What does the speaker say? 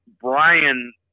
Brian